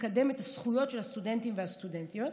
לקדם את הזכויות של הסטודנטים והסטודנטיות.